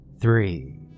Three